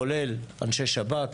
כולל אנשי שב"כ,